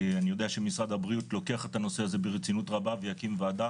אני יודע שמשרד הבריאות לוקח את הנושא הזה ברצינות רבה ויקים וועדה